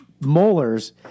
molars